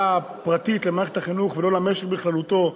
פרטית למערכת החינוך ולא למשק בכללותו,